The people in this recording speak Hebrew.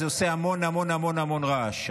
זה עושה המון המון המון המון רעש,